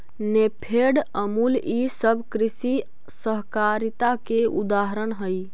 नेफेड, अमूल ई सब कृषि सहकारिता के उदाहरण हई